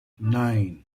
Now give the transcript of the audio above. nine